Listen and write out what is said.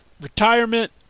Retirement